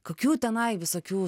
kokių tenai visokių